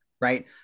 right